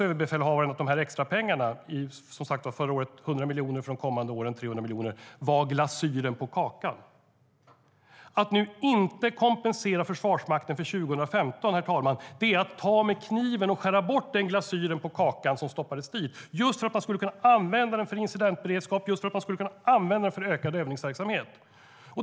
Överbefälhavaren har sagt att de extra pengarna - förra året 100 miljoner och för de kommande åren 300 miljoner - är glasyren på kakan. Att inte kompensera Försvarsmakten för 2015 är, herr talman, att ta kniven och skära bort glasyren, den som hade lagts dit just för att kunna användas för incidentberedskap, just för att kunna användas för ökad övningsverksamhet.